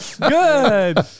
Good